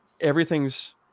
everything's